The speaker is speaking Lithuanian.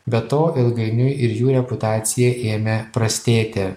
be to ilgainiui ir jų reputacija ėmė prastėti